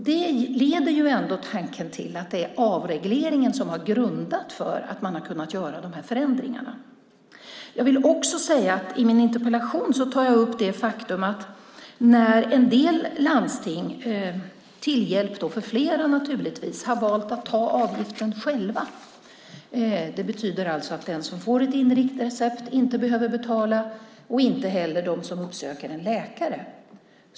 Det leder ändå tanken till att det är avregleringen som är grunden till att man har kunnat göra de här förändringarna. I min interpellation tar jag upp det faktum att en del landsting har valt att ta avgiften själva. Det betyder att den som får ett inringt recept inte behöver betala och inte heller dem som uppsöker en läkare.